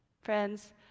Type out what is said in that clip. Friends